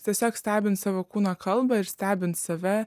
tiesiog stebint savo kūno kalbą ir stebint save